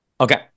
Okay